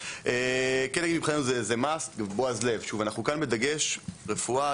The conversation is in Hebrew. מבחינתו זה מאסט בועז לב בדגש רפואה,